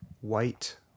white